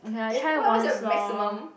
eh what what's your maximum